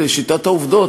לשיטת העובדות.